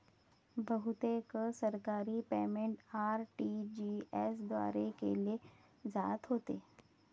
बहुतेक सरकारी payment RTGS द्वारे केले जात होते